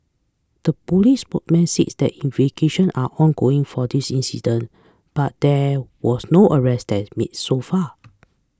the police spokesman said that investigation are ongoing for this incident but that was no arrest made so far